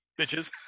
bitches